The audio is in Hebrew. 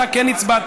אתה כן הצבעת.